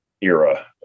era